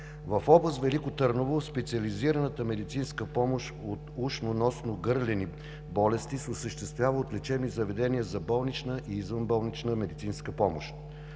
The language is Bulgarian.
В област Велико Търново специализираната медицинска помощ от ушно носно гърлени болести се осъществява от лечебни заведения за болнична и извънболнична медицинска помощ.